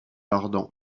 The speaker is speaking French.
ardan